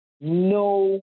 No